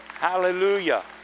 Hallelujah